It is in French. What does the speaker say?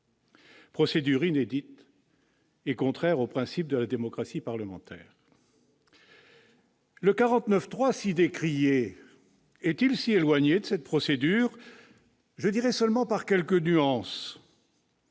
procédure inédite et contraire au principe de la démocratie parlementaire ... Très bien ! Le 49-3, si décrié, est-il si éloigné de cette procédure ?